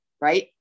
right